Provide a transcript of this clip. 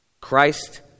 christ